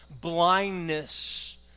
blindness